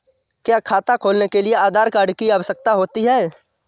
क्या खाता खोलने के लिए आधार कार्ड की आवश्यकता होती है?